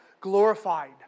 glorified